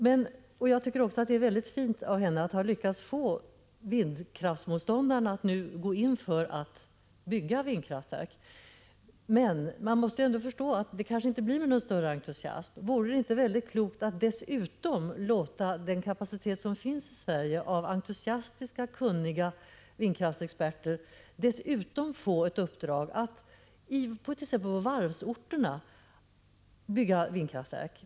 Det är också mycket fint gjort av henne att ha lyckats få vindkraftsmotståndarna att nu gå in för att vi skall bygga vindkraftverk. Man måste ändå förstå att det kanske inte blir med någon större entusiasm de griper sig verket an. Vore det inte klokt att dessutom låta de entusiastiska och kunniga vindkraftsexperter som vi har i Sverige få i uppdrag att t.ex. på varvsorterna bygga vindkraftverk?